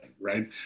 right